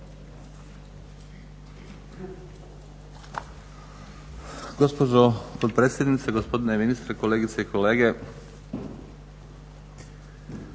Hvala